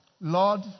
Lord